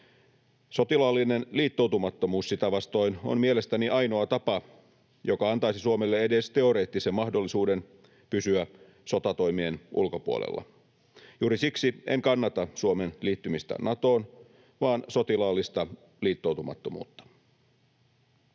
Sotilaallinen liittoutumattomuus sitä vastoin on mielestäni ainoa tapa, joka antaisi Suomelle edes teoreettisen mahdollisuuden pysyä sotatoimien ulkopuolella. Juuri siksi en kannata Suomen liittymistä Natoon, vaan sotilaallista liittoutumattomuutta.